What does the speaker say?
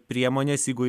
priemonės jeigu